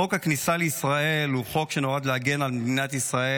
חוק הכניסה לישראל הוא חוק שנועד להגן על מדינת ישראל,